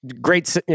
great